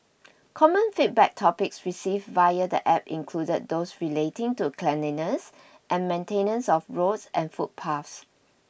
common feedback topics received via the App include those relating to cleanliness and maintenance of roads and footpaths